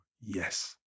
yes